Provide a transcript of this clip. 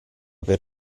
per